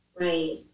Right